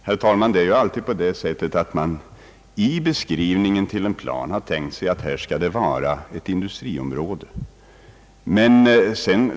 Herr talman! Det är alltid på det sättet att man i beskrivningen till en plan har tänkt sig att det skall vara t.ex. ett industriområde på en viss plats.